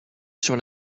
sur